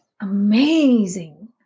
amazing